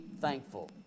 thankful